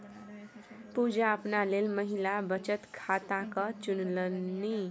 पुजा अपना लेल महिला बचत खाताकेँ चुनलनि